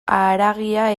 haragia